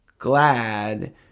Glad